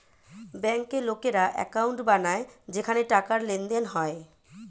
ব্যাংকে লোকেরা অ্যাকাউন্ট বানায় যেখানে টাকার লেনদেন হয়